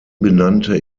benannte